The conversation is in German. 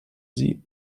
sie